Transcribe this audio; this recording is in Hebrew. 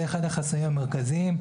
זה אחד החסמים המרכזיים.